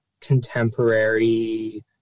contemporary